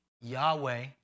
Yahweh